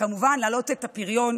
וכמובן להעלות את הפריון,